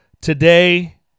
today